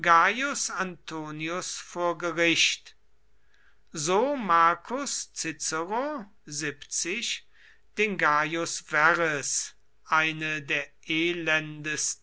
antonius vor gericht so marcus cicero den gaius verres eine der elendesten